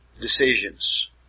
decisions